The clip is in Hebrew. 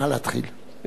נא להתחיל.